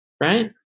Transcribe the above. right